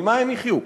ממה הם יחיו?